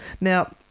Now